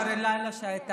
אחרי הלילה שהיה פה.